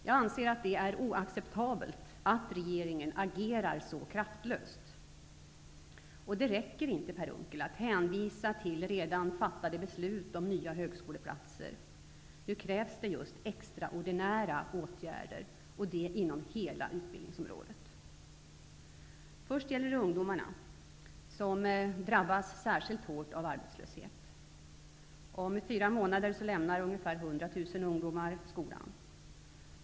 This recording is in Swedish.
Jag anser att det är oacceptabelt att regeringen agerar så kraftlöst. Det räcker inte, Per Unckel, att hänvisa till redan fattade beslut om nya högskoleplatser. Nu krävs det just extraordinära åtgärder, och det inom hela utbildningsområdet. Först gäller det ungdomarna, som drabbas särskilt hårt av arbetslöshet. Om fyra månader lämnar ca 100 000 ungdomar skolan.